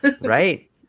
Right